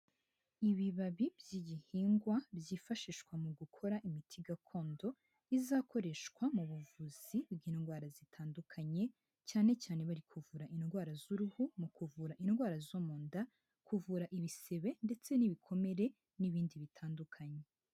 Ibibabi by'igihingwa byifashishwa mu gukora imiti gakondo izakoreshwa mu buvuzi bw'indwara zitandukanye, cyane cyane bari kuvura indwara z'uruhu, mu kuvura indwara zo mu nda, kuvura ibisebe ndetse n'ibikomere n'ibindi bitandukanye.